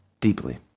deeply